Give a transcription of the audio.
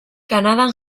kanadan